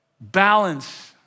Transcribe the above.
balance